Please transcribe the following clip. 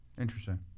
Interesting